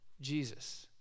Jesus